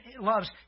loves